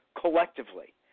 collectively